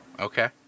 Okay